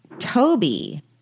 Toby